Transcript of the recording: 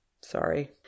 Sorry